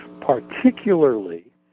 particularly